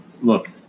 Look